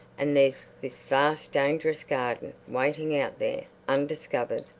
and there's this vast dangerous garden, waiting out there, undiscovered,